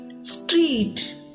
street